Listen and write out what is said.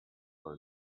for